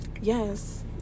Yes